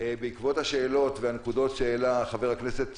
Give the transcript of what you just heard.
בעקבות השאלות והנקודות שהעלה חבר הכנסת סגלוביץ'